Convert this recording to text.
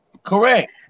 Correct